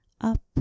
up